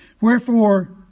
Wherefore